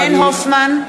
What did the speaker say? (קוראת בשמות חברי הכנסת) רונן הופמן,